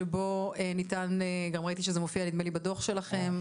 שבו ניתן וגם ראיתי שזה מופיע נדמה לי בדוח שלכם,